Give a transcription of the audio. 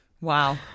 Wow